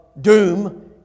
doom